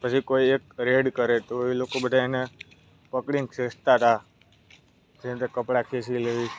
પછી કોઈ એક રેડ કરે તો એ લોકો બધા એને પકડીને ખેંચતા તા જેમકે કપડાં ખેંચી લે